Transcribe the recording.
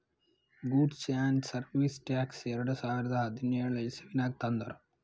goods and service tax ಎರಡು ಸಾವಿರದ ಹದಿನ್ಯೋಳ್ ಇಸವಿನಾಗ್ ತಂದುರ್